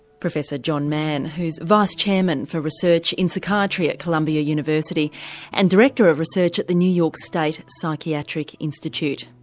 professor john mann, who's vice-chairman for research in psychiatry at columbia university and director of research at the new york state psychiatric institute,